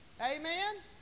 Amen